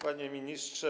Panie Ministrze!